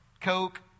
Coke